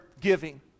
giving